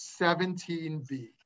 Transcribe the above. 17b